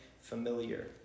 familiar